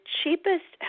cheapest